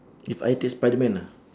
if I take spiderman ah